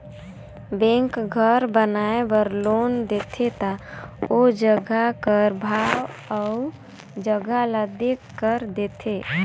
bank घर बनाए बर लोन देथे ता ओ जगहा कर भाव अउ जगहा ल देखकर देथे